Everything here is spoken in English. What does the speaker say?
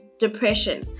depression